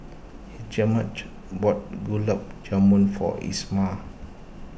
Hjalmer bought Gulab Jamun for Isamar